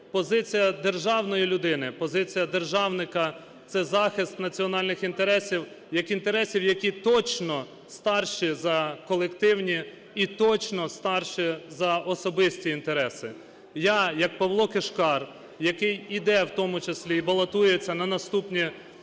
Позиція державної людини, позиція державника – це захист національних інтересів як інтересів, які точно старші за колективні і точно старші за особисті інтереси. Я, як Павло Кишкар, який іде, в тому числі, і балотується на наступних